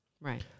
Right